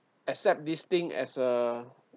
except this thing as a